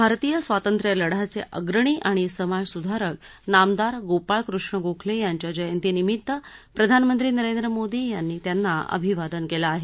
भारतीय स्वातंत्र्यलढ्याचे अग्रणी आणि समाजसुधारक नामदार गोपाळ कृष्ण गोखले यांच्या जयंतीनिमित्त प्रधानमंत्री नरेंद्र मोदी यांनी त्यांना अभिवादन केलं आहे